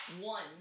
One